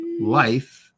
life